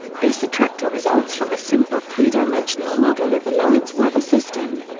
this attractor results from a simple three-dimensional model of the lorenz weather system.